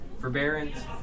forbearance